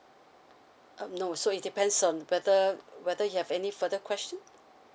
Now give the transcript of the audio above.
err no so it depends on whether whether you have any further questions